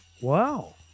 Wow